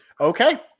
Okay